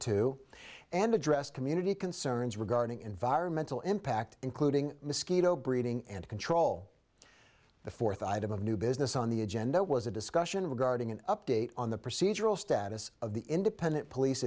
two and address community concerns regarding environmental impact including mosquito breeding and control the fourth item of new business on the agenda was a discussion regarding an update on the procedural status of the independent police